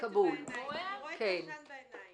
רואה את העשן בעיניים,